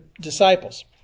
disciples